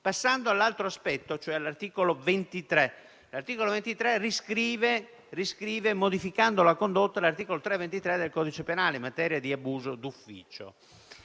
Passando all'altro aspetto, l'articolo 23 riscrive, modificando la condotta, l'articolo 323 del codice penale in materia di abuso d'ufficio.